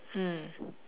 mm